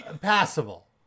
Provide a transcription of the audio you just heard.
passable